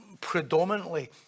predominantly